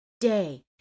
day